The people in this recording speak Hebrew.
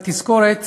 רק תזכורת: